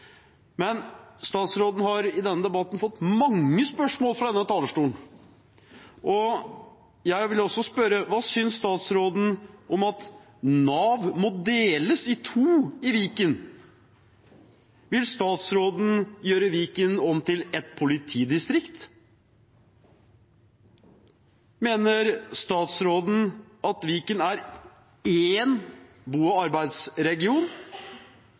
Men statsråden har i debatten fått mange spørsmål fra denne talerstolen, og jeg vil også spørre: Hva synes statsråden om at Nav må deles i to i Viken? Vil statsråden gjøre Viken om til ett politidistrikt? Mener statsråden at Viken er én bo- og arbeidsregion?